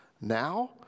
Now